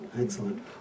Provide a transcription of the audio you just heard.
Excellent